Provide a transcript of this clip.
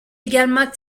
également